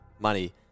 money